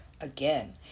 again